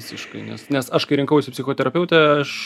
visiškai nes nes aš kai rinkausi psichoterapeutę aš